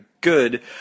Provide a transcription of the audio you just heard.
good